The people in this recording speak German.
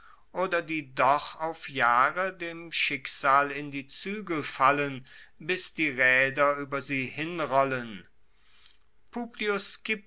oder die doch auf jahre dem schicksal in die zuegel fallen bis die raeder ueber sie hinrollen publius